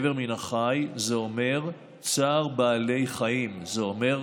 איבר מן החי זה אומר "צער בעלי חיים", זה אומר,